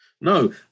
No